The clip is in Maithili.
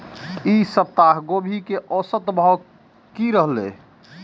ई सप्ताह गोभी के औसत भाव की रहले?